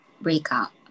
breakup